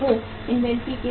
inventory के उद्देश्य